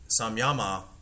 Samyama